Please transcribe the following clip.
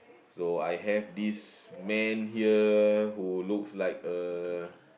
so I have this man here who looks like a